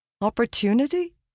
Opportunity